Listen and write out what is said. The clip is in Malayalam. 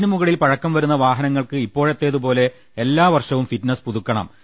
അതിനുമുകളിൽ പഴക്കം വരുന്ന വാഹനങ്ങൾക്ക് ഇപ്പോഴത്തതുപോലെ എല്ലാ വർഷവും ഫിറ്റ്നസ് പുതുക്കണം